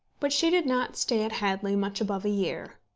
but she did not stay at hadley much above a year.